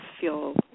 feel